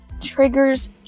triggers